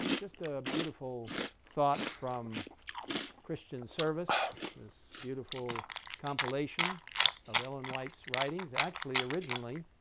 just a beautiful thought from christian service, this beautiful compilation of ellen white's writings. actually originally,